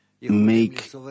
make